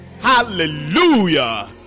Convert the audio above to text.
hallelujah